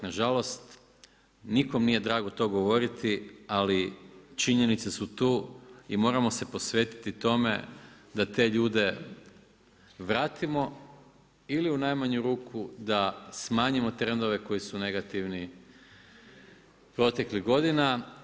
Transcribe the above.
Na žalost nikom nije drago to govoriti, ali činjenice su tu i moramo se posvetiti tome da te ljude vratimo ili u najmanju ruku da smanjimo trendove koji su negativni proteklih godina.